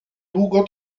długo